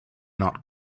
not